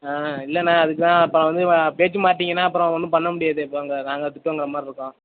இல்லைண்ண அதுக்கு தான் இப்போ வந்து பேச்சு மாறிட்டிங்கன்னா அப்புறம் ஒன்றும் பண்ண முடியாது இப்போ அங்கே நாங்கள் திட்டு வாங்குறமாதிரி இருக்கும்